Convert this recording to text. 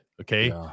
Okay